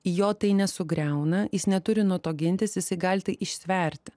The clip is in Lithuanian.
jo tai nesugriauna jis neturi nuo to gintis jisai gali tai ištverti